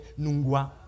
Nungwa